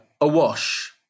awash